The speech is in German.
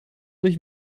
durch